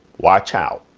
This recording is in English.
watch out.